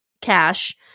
cash